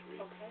Okay